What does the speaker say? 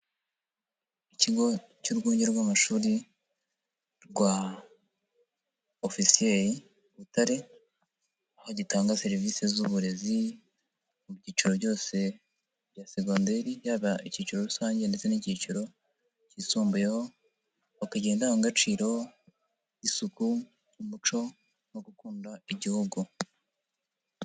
Ikigo cy'urwunge rw'amashuri rwa Officiel Butare, aho gitanga serivisi z'uburezi mu byiciro byose bya segonderi: yaba icyiciro rusange ndetse n'icyiciro cyisumbuyeho; bakagira indangagaciro y'isuku, umuco no gukunda igihugu.